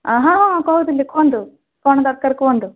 ହଁ ହଁ କହୁଥିଲି କୁହନ୍ତୁ କ'ଣ ଦରକାର କୁହନ୍ତୁ